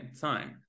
time